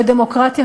ודמוקרטיה,